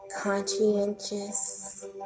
conscientious